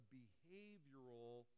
behavioral